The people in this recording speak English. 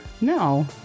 no